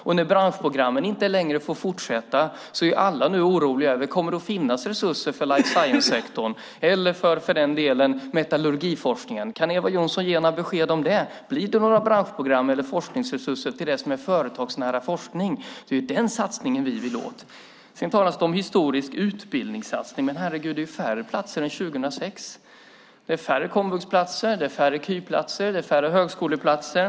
Och eftersom branschprogrammen inte får fortsätta är alla nu oroliga för om det kommer att finnas resurser för life science-sektorn, eller för metallurgiforskningen för den delen. Kan Eva Johnsson ge några besked om det? Blir det några branschprogram eller forskningsresurser till företagsnära forskning? Det är den satsningen vi vill åt. Sedan talas det om en historisk utbildningssatsning. Men, herregud, det är ju färre platser än 2006! Det är färre komvuxplatser, färre KY-platser, färre högskoleplatser.